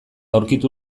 aurkitu